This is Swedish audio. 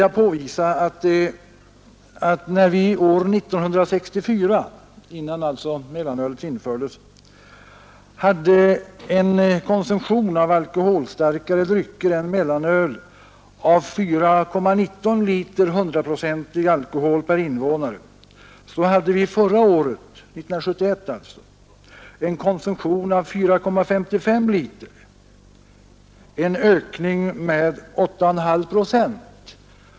Jag vill därför peka på att medan vi år 1964, alltså innan mellanölet infördes, hade en konsumtion av alkoholstarkare drycker än mellanöl av 4,19 liter 100-procentig alkohol per invånare hade vi förra året, 1971, en konsumtion av 4,55 liter, en ökning med 8,5 procent.